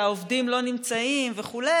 והעובדים לא נמצאים וכו',